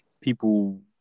People